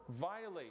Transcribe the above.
violate